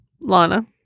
Lana